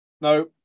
no